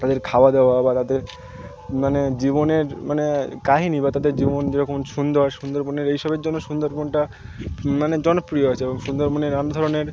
তাদের খাওয়া দাওয়া বা তাদের মানে জীবনের মানে কাহিনি বা তাদের জীবন যে রকম সুন্দর সুন্দরবনের এই সবের জন্য সুন্দরবনটা মানে জনপ্রিয় আছে এবং সুন্দরবনের নানা ধরনের